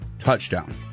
Touchdown